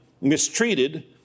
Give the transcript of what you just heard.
mistreated